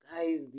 Guys